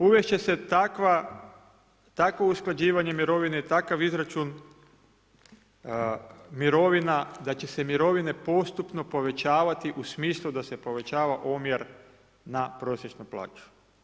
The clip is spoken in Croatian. Uvesti će se takvo usklađivanje mirovine i takav izračun mirovina da će se mirovine postupno povećavati u smislu da se povećava omjer na prosječnu plaću.